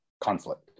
conflict